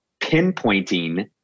pinpointing